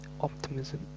optimism